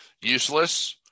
useless